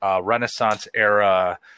renaissance-era